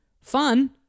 fun